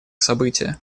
события